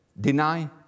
deny